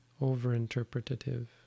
over-interpretative